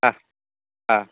হাঁ অঁ